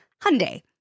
Hyundai